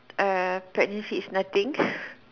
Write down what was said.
err pregnancy is nothing